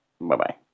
Bye-bye